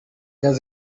does